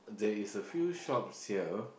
there is a few shops here